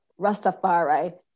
Rastafari